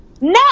no